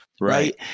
Right